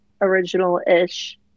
original-ish